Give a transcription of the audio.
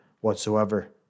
whatsoever